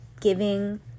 giving